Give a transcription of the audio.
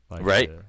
Right